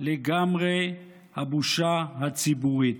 לגמרי הבושה הציבורית".